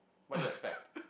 what do you expect